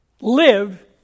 Live